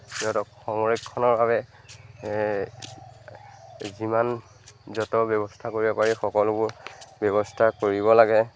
সিহঁতক সংৰক্ষণৰ বাবে যিমান য'ত ব্যৱস্থা কৰিব পাৰি সকলোবোৰ ব্যৱস্থা কৰিব লাগে